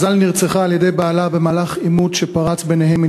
מזל נרצחה על-ידי בעלה במהלך עימות שפרץ ביניהם.